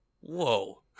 Whoa